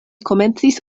komencis